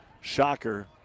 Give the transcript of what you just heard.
shocker